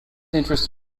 interest